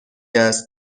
است